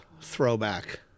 throwback